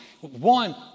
one